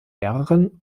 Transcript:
lehrerin